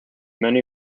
many